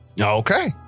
Okay